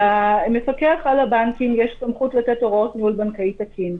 למפקח על הבנקים יש סמכות לתת הוראות מול בנקאי תקין.